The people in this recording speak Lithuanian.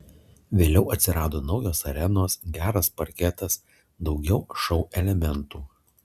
vėliau atsirado naujos arenos geras parketas daugiau šou elementų